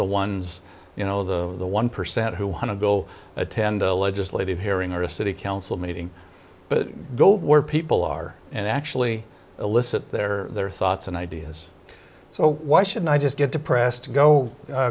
the ones you know the the one percent who want to go attend a legislative hearing or a city council meeting but go where people are and actually elicit their their thoughts and ideas so why should i just get depressed to